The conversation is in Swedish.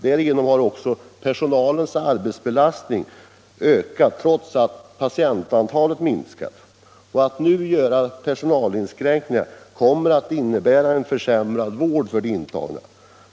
Därigenom har också personalens arbetsbelastning ökat trots att patientantalet minskat. Och att göra personalinskränkningar kommer att innebära försämrad vård för de intagna.